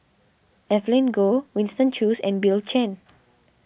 Evelyn Goh Winston Choos and Bill Chen